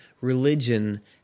religion